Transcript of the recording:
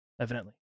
Evidently